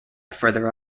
further